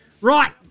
Right